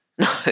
No